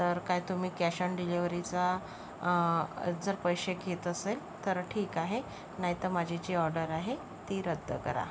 तर काय तुम्ही कॅश ऑन डिलीवरीचा जर पैसे घेत असेल तर ठीक आहे नाही तर माझी जी ऑर्डर आहे ती रद्द करा